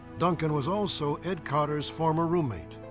duncan was also ed carter's former roommate.